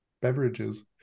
beverages